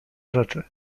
rzeczy